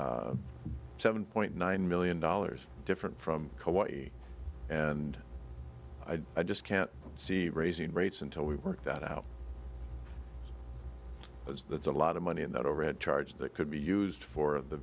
seven point nine million dollars different from what you and i i just can't see raising rates until we work that out as that's a lot of money in that overhead charge that could be used for the